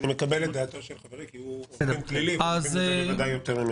אני מקבל את דעתו של חברי כי הוא עורך דין פלילי ומבין בזה יותר ממני.